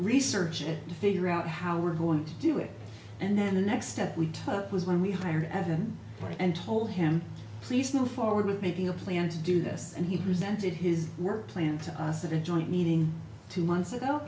research it to figure out how we're going to do it and then the next step we took was when we hired at him and told him please move forward with maybe a plan to do this and he presented his work plan to us at a joint meeting two months ago